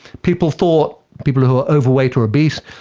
people thought people who are overweight or obese,